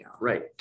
Right